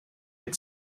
had